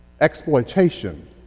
exploitation